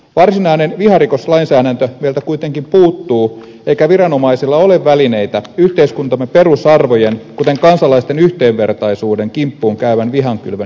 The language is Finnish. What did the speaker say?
varsinainen viharikoslainsäädäntö meiltä kuitenkin puuttuu eikä viranomaisilla ole välineitä yhteiskuntamme perusarvojen kuten kansalaisten yhdenvertaisuuden kimppuun käyvän vihankylvön hillitsemiseen